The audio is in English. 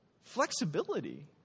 flexibility